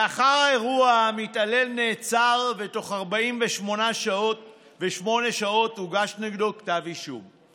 לאחר האירוע המתעלל נעצר ובתוך 48 שעות הוגש נגדו כתב אישום.